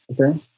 okay